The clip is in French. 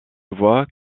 voit